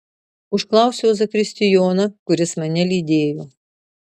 užklausiau zakristijoną kuris mane lydėjo